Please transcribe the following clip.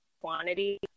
quantity